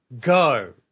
go